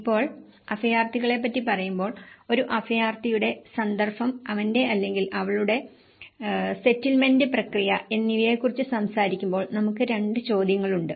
ഇപ്പോൾ അഭയാർത്ഥികളെപ്പറ്റി പറയുമ്പോൾ ഒരു അഭയാർത്ഥിയുടെ സന്ദർഭം അവന്റെ അല്ലെങ്കിൽ അവളുടെ സെറ്റിൽമെന്റ് പ്രക്രിയ എന്നിവയെക്കുറിച്ച് സംസാരിക്കുമ്പോൾ നമുക്ക് രണ്ട് ചോദ്യങ്ങളുണ്ട്